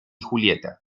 julieta